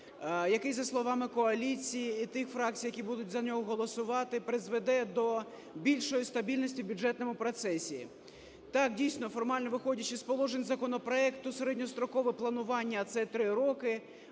який за словами коаліції і тих фракцій, які будуть за нього голосувати, призведе до більшої стабільності в бюджетному процесі. Так, дійсно, формально виходячи з положень законопроекту, середньострокове планування – це 3 роки,